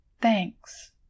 Thanks